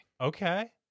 Okay